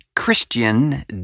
Christian